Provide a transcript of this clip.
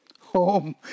Home